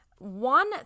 One